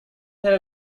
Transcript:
here